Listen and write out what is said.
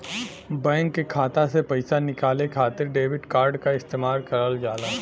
bank के खाता से पइसा निकाले खातिर डेबिट कार्ड क इस्तेमाल करल जाला